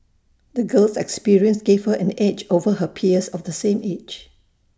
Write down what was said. the girl's experiences gave her an edge over her peers of the same age